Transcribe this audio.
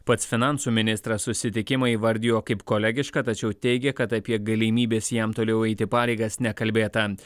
pats finansų ministras susitikimą įvardijo kaip kolegišką tačiau teigė kad apie galimybes jam toliau eiti pareigas nekalbėta